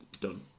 done